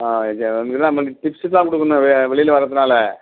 அது இல்லைமா நீங்கள் டிப்ஸு தான் கொடுக்கணும் வெ வெளியில் வரதுனால்